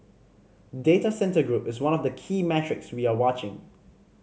data centre group is one of the key metrics we are watching